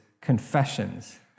Confessions